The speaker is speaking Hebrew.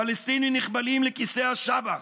פלסטינים נכבלים לכיסא השב"כ,